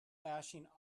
bashing